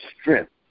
strength